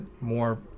more